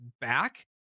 back